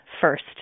first